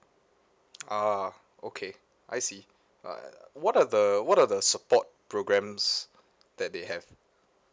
ah okay I see uh what are the what are the support programmes that they have